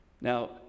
Now